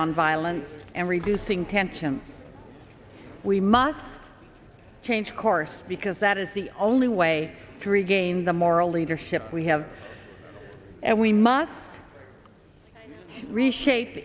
on violence and reducing tensions we must change course because that is the only way to regain the moral leadership we have and we must reshape